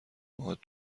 باهات